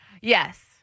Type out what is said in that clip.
Yes